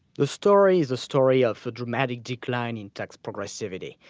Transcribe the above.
the story is a story of a dramatic decline in tax progressivity.